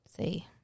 see